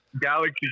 galaxy